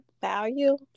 value